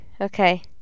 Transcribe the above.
Okay